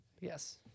yes